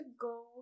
go